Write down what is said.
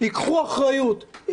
ייקחו אחריות,